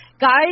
guys